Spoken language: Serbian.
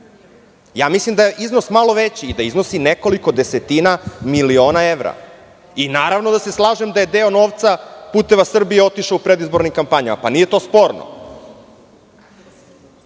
Mislim da je iznos malo veći i da iznosi nekoliko desetina miliona evra. Naravno da se slažem da je deo novca "Puteva Srbije" otišao u predizbornim kampanjama, to nije sporno,